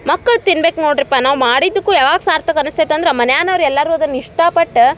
ಮಕ್ಕಳು ತಿನ್ಬೇಕು ನೋಡಿರಿ ಪ ನಾವು ಮಾಡಿದಕ್ಕೂ ಯಾವಾಗ ಸಾರ್ಥಕ ಅನಿಸ್ತೈತೆ ಅಂದ್ರೆ ಮನೆನವ್ರ್ ಎಲ್ಲರೂ ಅದನ್ನು ಇಷ್ಟಪಟ್ಟು